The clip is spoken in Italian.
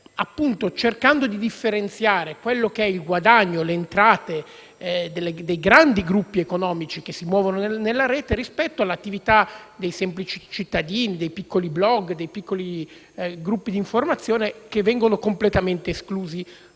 anche cercando di differenziare il guadagno e le entrate dei grandi gruppi economici che si muovono nella rete dall'attività dei semplici cittadini e dei piccoli *blog* e gruppi d'informazione, che vengono completamente esclusi